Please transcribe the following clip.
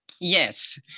Yes